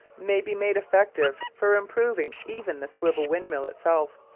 may be made effective for improving even the swivel windmill itself,